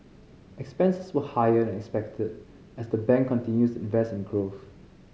expenses were higher than expected as the bank continues to invest in growth